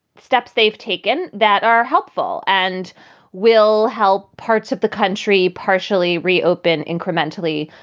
steps they've taken that are helpful and will help parts of the country partially reopen incrementally,